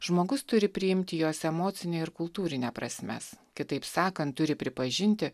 žmogus turi priimti jos emocinę ir kultūrinę prasmes kitaip sakant turi pripažinti